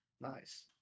Nice